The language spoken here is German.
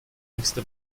nächste